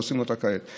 עושים אותה כעת.